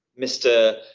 Mr